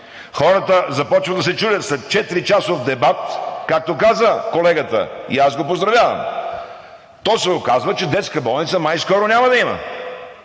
хората започват да се чудят – след четиричасов дебат, както каза колегата и аз го поздравявам, то се оказва, че детска болница май скоро няма да има!